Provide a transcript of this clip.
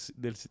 del